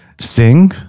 sing